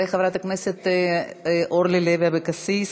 אחרי חברת הכנסת אורלי לוי אבקסיס,